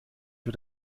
für